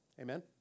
Amen